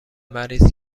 مریض